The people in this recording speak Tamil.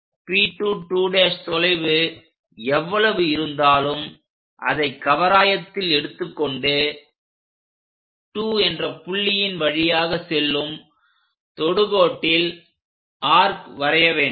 P 2' தொலைவு எவ்வளவு இருந்தாலும் அதை கவராயத்தில் எடுத்து கொண்டு 2 என்ற புள்ளியின் வழியாக செல்லும் தொடுகோட்டில் ஆர்க் வரைய வேண்டும்